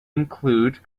include